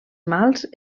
mals